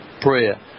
prayer